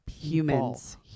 humans